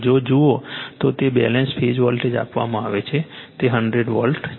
જો જુઓ તો તે બેલેન્સ ફેઝ વોલ્ટેજ આપવામાં આવે છે તે 100 વોલ્ટ છે